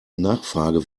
nachfrage